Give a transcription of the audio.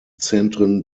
zentren